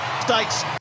stakes